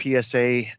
PSA